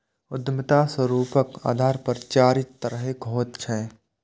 उद्यमिता स्वरूपक आधार पर चारि तरहक होइत छैक